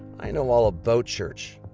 i know all about church.